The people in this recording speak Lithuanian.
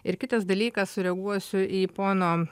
ir kitas dalykas sureaguosiu į pono